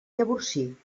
llavorsí